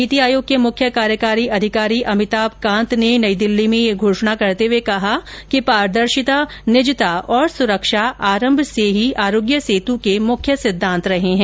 नीति आयोग के मुख्य कार्यकारी अधिकारी अमिताम कांत ने कल नई दिल्ली में यह घोषणा करते हुए कहा कि पारदर्शिता निजता और सुरक्षा आरंभ से ही आरोग्य सेतु के मुख्य सिद्धांत रहे हैं